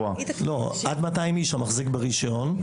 עד 200 איש המחזיק ברישיון,